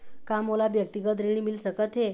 का मोला व्यक्तिगत ऋण मिल सकत हे?